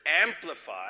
amplify